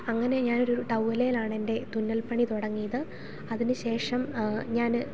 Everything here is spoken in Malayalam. അങ്ങനെ ഞാൻ ഒരു ടൗവ്വലിലാണ് എൻ്റെ തുന്നൽ പണി തുടങ്ങിയത് അതിന് ശേഷം ഞാൻ